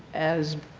as